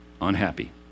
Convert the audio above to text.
unhappy